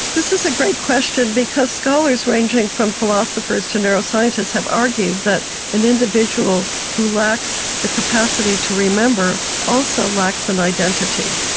this is a great question, because scholars ranging from philosophers to neuroscientists have argued that an individual who lacks the capacity to remember also lacks an identity.